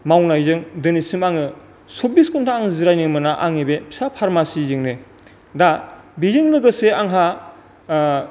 मावनायोजों दिनैसिम आङो सब्बिस घन्टा आं जिरायनो मोना आंनि बे फिसा फार्मासिजोंनो दा बेजों लोगोसे आंहा